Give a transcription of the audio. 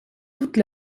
toute